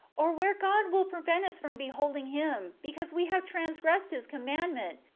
or where god will prevent us from beholding him, because we have transgressed his commandment,